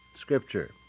scripture